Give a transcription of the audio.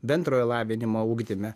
bendrojo lavinimo ugdyme